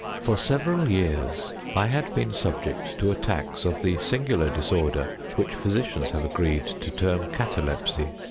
for several years i had been subject to attacks of the singular disorder which physicians have agreed to term catalepsy,